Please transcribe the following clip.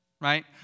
Right